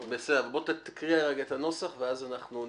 תקרא בבקשה את הנוסח ואז נתייחס.